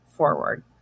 forward